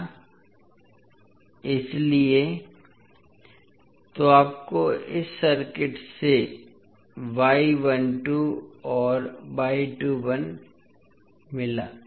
या इसलिये तो आपको इस सर्किट से और मिला